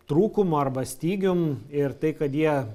trūkumu arba stygium ir tai kad jie